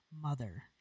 mother